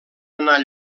anar